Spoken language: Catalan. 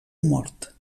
mort